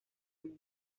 mundo